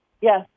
yes